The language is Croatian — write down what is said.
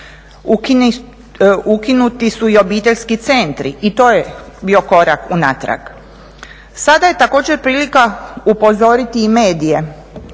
Ukinuti su i obiteljski centri, i to je bio korak unatrag. Sada je također prilika upozoriti medije